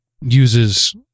uses